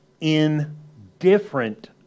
indifferent